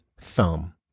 thumb